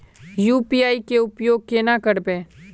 UPI के उपयोग केना करबे?